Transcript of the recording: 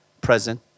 present